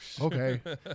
okay